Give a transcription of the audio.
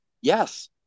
Yes